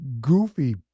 goofy